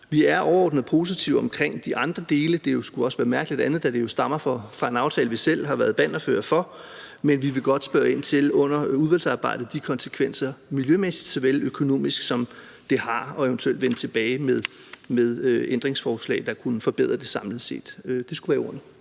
Vi er overordnet positive omkring de andre dele – det skulle også være mærkeligt andet, da det jo stammer fra en aftale, vi selv har været bannerførere for – men vi vil under udvalgsarbejdet godt spørge ind til de konsekvenser, miljømæssige såvel som økonomiske, som det har, og eventuelt vende tilbage med ændringsforslag, der kunne forbedre det samlet set. Det skulle være ordene.